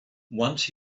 once